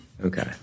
Okay